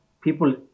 people